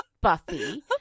Buffy